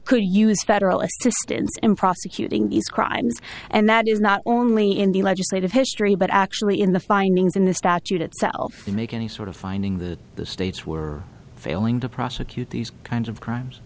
could use federal assistance in prosecuting these crimes and that is not only in the legislative history but actually in the findings in the statute itself to make any sort of finding that the states were failing to prosecute these kinds of crimes